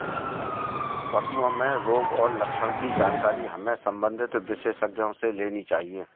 पशुओं में रोग और लक्षण की जानकारी हमें संबंधित विशेषज्ञों से लेनी चाहिए